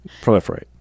Proliferate